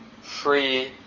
free